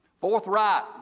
forthright